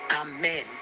Amen